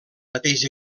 mateix